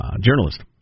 Journalist